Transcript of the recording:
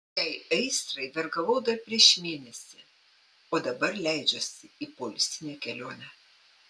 šiai aistrai vergavau dar prieš mėnesį o dabar leidžiuosi į poilsinę kelionę